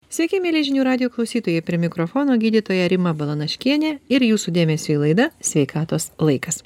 sveiki mieli žinių radijo klausytojai prie mikrofono gydytoja rima balanaškienė ir jūsų dėmesiui laida sveikatos laikas